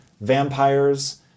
vampires